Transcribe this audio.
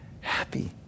happy